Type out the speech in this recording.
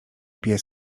pies